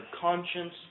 conscience